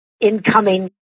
incoming